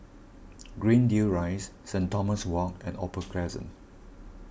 Greendale Rise Saint Thomas Walk and Opal Crescent